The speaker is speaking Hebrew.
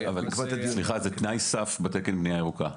זה תנאי סף בתקן בנייה ירוקה.